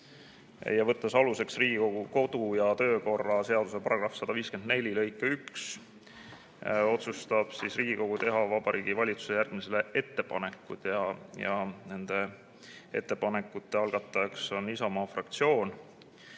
võttes aluseks Riigikogu kodu- ja töökorra seaduse § 154 lõike 1, otsustab Riigikogu teha Vabariigi Valitsusele järgmised ettepanekud ja nende ettepanekute algatajaks on Isamaa fraktsioon. Esiteks,